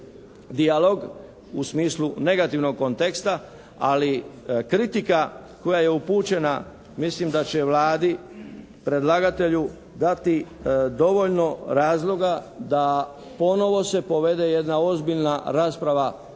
dijalog u smislu negativnog konteksta. Ali kritika koja je upućena mislim da će Vladi, predlagatelju dati dovoljno razloga da ponovo se povede jedna ozbiljna rasprava, ja